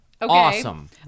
Awesome